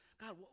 God